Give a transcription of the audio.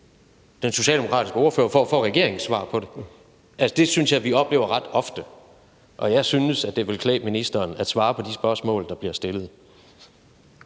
den socialdemokratiske ordfører, for at få regeringens svar på det. Det synes jeg at vi oplever ret ofte. Og jeg synes, at det ville klæde ministeren at svare på de spørgsmål, der bliver stillet.